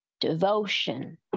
devotion